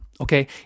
okay